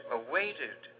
awaited